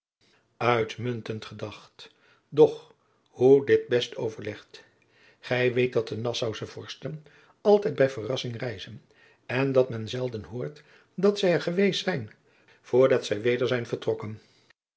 uitmuntend gedacht doch hoe dit best overlegd gij weet dat de nassausche vorsten altijd bij verrassing reizen en dat men zelden hoort dat zij er geweest zijn voor dat zij weder zijn vertrokken